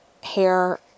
hair